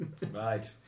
Right